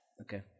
Okay